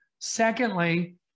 Secondly